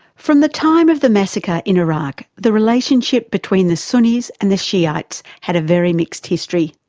from the time of the massacre in iraq the relationship between the sunnis and the shiites had a very mixed history.